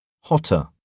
Hotter